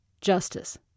justice